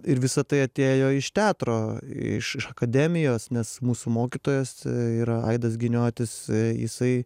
ir visa tai atėjo iš teatro iš iš akademijos nes mūsų mokytojas yra aidas giniotis jisai